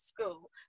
school